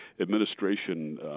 Administration